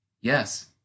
Yes